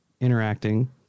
interacting